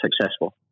successful